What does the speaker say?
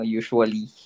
usually